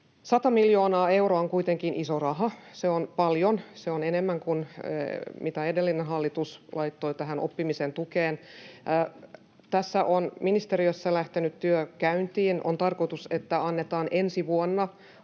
Sata miljoonaa euroa on kuitenkin iso raha. Se on paljon — se on enemmän kuin mitä edellinen hallitus laittoi tähän oppimisen tukeen. Tässä on ministeriössä lähtenyt työ käyntiin. On tarkoitus, että annetaan ensi vuonna